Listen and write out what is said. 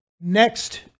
next